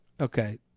Okay